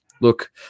look